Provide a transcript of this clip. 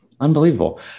Unbelievable